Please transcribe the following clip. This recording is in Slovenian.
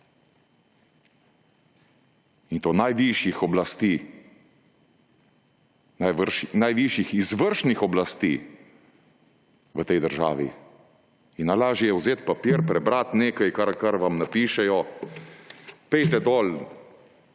in to najvišjih oblasti. Najvišjih izvršnih oblasti v tej državi. Najlažje je vzeti papir, prebrati nekaj, kar vam napišejo. Ko